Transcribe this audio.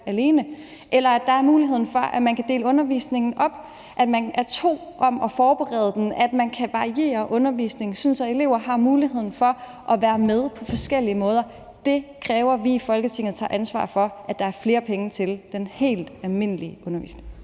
alene, eller at der er muligheden for, at man kan dele undervisningen op, at man er to om at forberede den, og at man kan variere undervisningen, sådan at elever har muligheden for at være med på forskellige måder. Det kræver, at vi i Folketinget tager ansvar for, at der er flere penge til den helt almindelige undervisning.